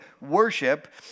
worship